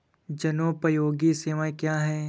जनोपयोगी सेवाएँ क्या हैं?